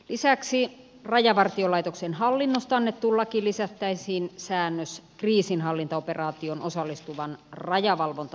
lisäksi rajavartiolaitoksen hallinnosta annettuun lakiin lisättäisiin säännös kriisinhallintaoperaatioon osallistuvan rajavalvonta asiantuntijan asemasta